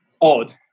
odd